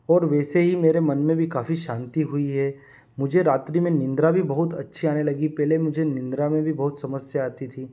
और वैसे ही मेरे मन में भी काफ़ी शांति हुई है मुझे रात्रि में निंद्रा भी बहुत अच्छी आने लगी है पहले मुझे निंद्रा में भी बहुत समस्या आती थी